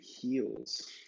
heals